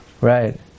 right